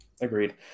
agreed